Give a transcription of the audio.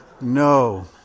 No